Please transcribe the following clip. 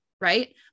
Right